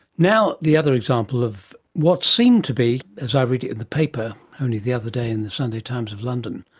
now, the other example of what seemed to be, as i read it in the paper only the other day in the sunday times of london,